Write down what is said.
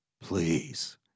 please